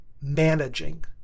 managing